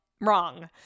Wrong